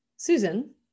Susan